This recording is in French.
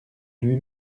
lui